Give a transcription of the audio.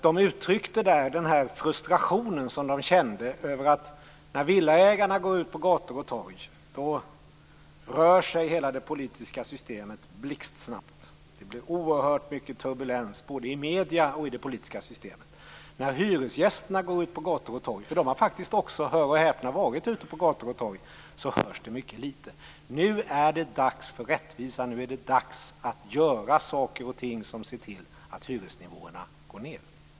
De uttryckte den frustration som de känner över att hela det politiska systemet rör sig blixtsnabbt när villaägarna går ut på gator och torg, att det blir oerhört mycket turbulens både i medierna och i det politiska systemet. När hyresgästerna går ut på gator och torg - hör och häpna; de har också varit ute på gator och torg - hörs det mycket litet. Nu är det dags för rättvisa. Nu är det dags att göra saker och ting som innebär att hyresnivåerna går ned.